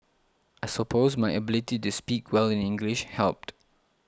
I suppose my ability to speak well in English helped